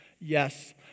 Yes